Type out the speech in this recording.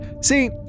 See